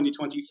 2024